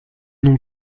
non